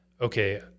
okay